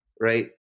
right